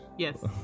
Yes